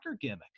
gimmick